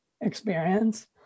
experience